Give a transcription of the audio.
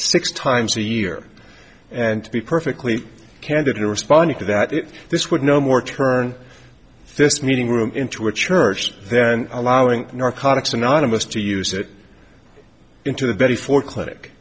six times a year and to be perfectly candid in responding to that this would no more turn this meeting room into a church then allowing narcotics anonymous to use it into the betty ford clinic